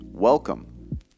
Welcome